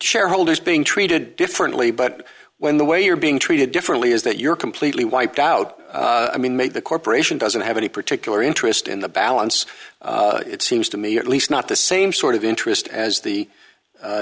shareholders being treated differently but when the way you're being treated differently is that you're completely wiped out i mean make the corporation doesn't have any particular interest in the balance it seems to me at least not the same sort of interest as the